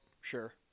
sure